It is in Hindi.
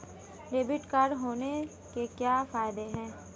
डेबिट कार्ड होने के क्या फायदे हैं?